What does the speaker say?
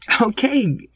Okay